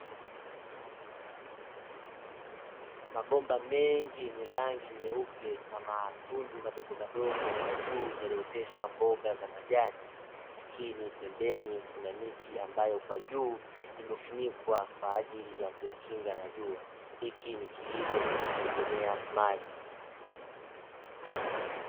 Mabomba mengi yenye rangi nyeupe na matundu madogo madogo kwa juu yaliyoteshwa mboga za majani lakini pembeni kuna miti ambayo kwa juu imefunikwa kwa ajili ya kuyakinga na jua ,hiki ni kilimo kinachotegemea maji.